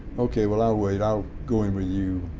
okay. well i'll wait. i'll go in with you, you